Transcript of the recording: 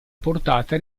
portata